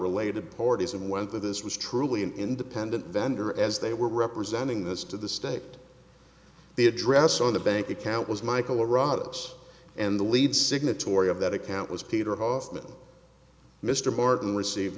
related parties and whether this was truly an independent vendor as they were representing this to the state the address on the bank account was michael arad us and the lead signatory of that account was peter hoffman mr martin receive